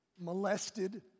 molested